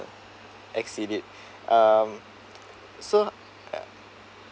exceed it um so